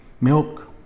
Milk